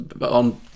on